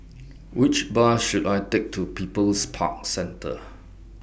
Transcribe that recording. Which Bus should I Take to People's Park Centre